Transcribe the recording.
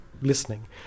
listening